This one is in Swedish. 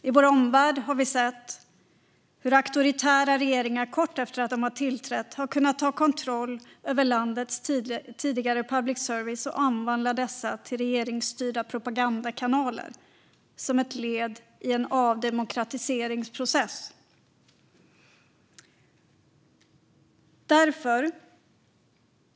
I vår omvärld har vi sett hur auktoritära regeringar kort efter att de tillträtt har kunnat ta kontroll över landets tidigare public service och omvandla den till en regeringsstyrd propagandakanal som ett led i en avdemokratiseringsprocess.